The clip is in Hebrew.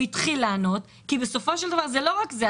התחיל לענות כי בסופו של דבר זה לא רק זה.